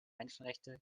menschenrechte